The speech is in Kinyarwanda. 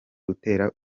gutera